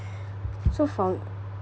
so for m~